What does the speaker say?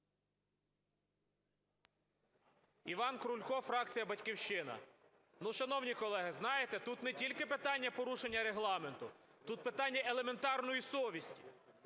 Іван Крулько, фракція "Батьківщина". Шановні колеги, знаєте, тут не тільки питання порушення Регламенту - тут питання елементарної совісті.